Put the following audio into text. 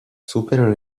superano